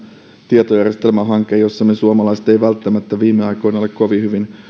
tietojärjestelmähanke jossa me suomalaiset emme välttämättä viime aikoina ole kovin hyvin